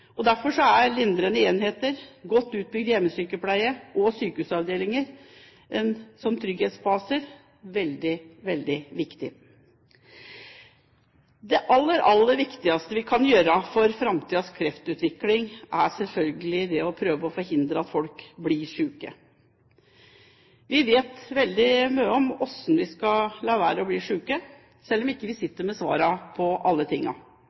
lindring. Derfor er lindrende enheter, godt utbygd hjemmesykepleie og sykehusavdelinger som trygghetsbaser veldig, veldig viktig. Det aller viktigste vi kan gjøre med tanke på kreftutvikling i framtiden er selvfølgelig det å prøve å forhindre at folk blir syke. Vi vet veldig mye om hvordan vi skal la være å bli syke, selv om vi ikke sitter med svarene på